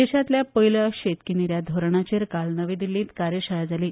देशांतल्या पयल्या शेतकी निर्यात धोरणाचेर काल नवी दिल्लींत कार्यशाळा जाली